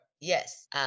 Yes